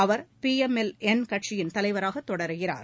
அவர் பிளம்எல் என் கட்சியின் தலைவராக தொடருகிறார்